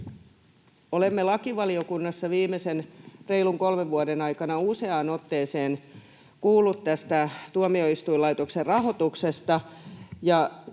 olemme lakivaliokunnassa viimeisen reilun kolmen vuoden aikana useaan otteeseen kuulleet tästä tuomioistuinlaitoksen rahoituksesta,